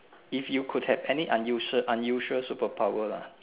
if you could have any unusual unusual super power lah